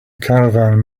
caravan